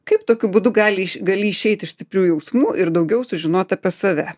kaip tokiu būdu gali iš gali išeit iš stiprių jausmų ir daugiau sužinoti apie save